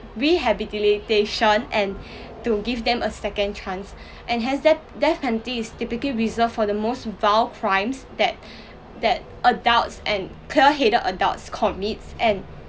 rehabilitation and to give them a second chance and hence death death penalty is typically reserved for the most wild crimes that that adults and clear headed adults commit and